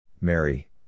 Mary